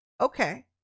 okay